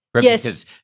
Yes